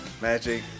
Magic